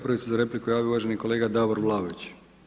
Prvi se za repliku javio uvaženi kolega Davor Vlaović.